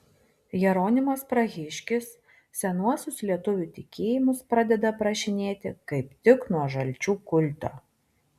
jeronimas prahiškis senuosius lietuvių tikėjimus pradeda aprašinėti kaip tik nuo žalčių kulto